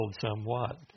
somewhat